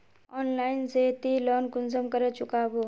Online से ती loan कुंसम करे चुकाबो?